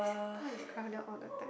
Singapore is crowded all the time